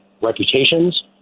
reputations